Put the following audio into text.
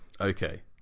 okay